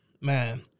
man